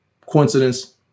coincidence